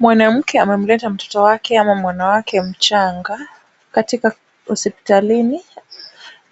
Mwanamke amemleta mtoto wake ama mwana wake mchanga katika hospitalini.